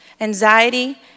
anxiety